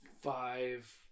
Five